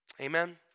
Amen